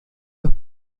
los